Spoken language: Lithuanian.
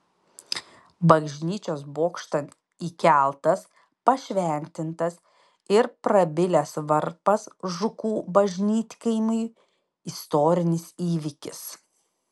bažnyčios bokštan įkeltas pašventintas ir prabilęs varpas žukų bažnytkaimiui istorinis įvykis